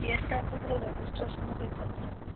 ಎಷ್ಟಾಗ್ತದೆ ರೀ registration fees ಅನ್ನಿರಿ